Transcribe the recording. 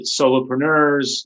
solopreneurs